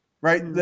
Right